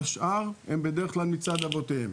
השאר הם בדרך כלל מצד אבותיהם.